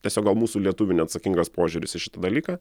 tiesiog gal mūsų lietuvių neatsakingas požiūris į šitą dalyką